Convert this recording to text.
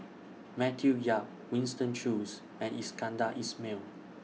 Matthew Yap Winston Choos and Iskandar Ismail